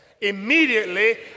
immediately